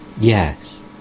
Yes